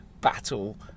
battle